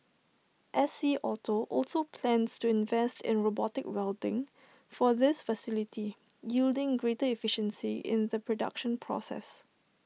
S C auto also plans to invest in robotic welding for this facility yielding greater efficiency in the production process